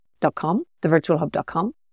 thevirtualhub.com